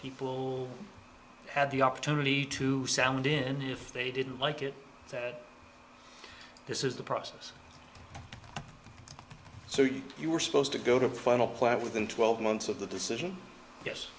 people had the opportunity to sound in if they didn't like it this is the process so you you were supposed to go to the final point within twelve months of the decision yes